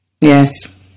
Yes